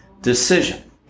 decision